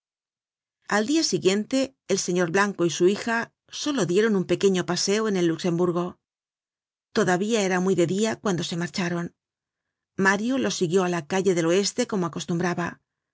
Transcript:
al dia siguiente el señor blanco y su hija solo dieron un pequeño paseo en el luxemburgo todavía era muy de dia cuando se marcharon mario los siguió á la calle del oeste como acostumbraba al